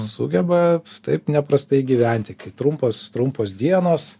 sugeba taip neprastai gyventi kaip trumpos trumpos dienos